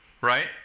right